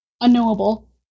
unknowable